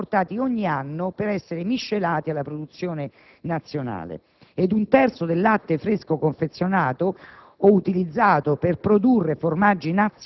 di olio d'oliva di dubbia qualità vengono importati ogni anno per essere miscelati alla produzione nazionale e che un terzo del latte fresco confezionato